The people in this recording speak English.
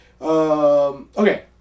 Okay